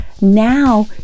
Now